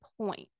point